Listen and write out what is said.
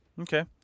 Okay